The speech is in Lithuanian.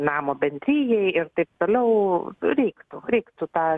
namo bendrijai ir taip toliau reiktų reiktų tą